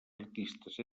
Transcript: artistes